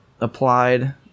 applied